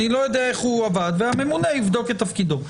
אני לא יודע איך הוא עבד והממונה יבדוק את תפקידו.